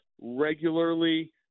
regularly